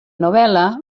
novel·la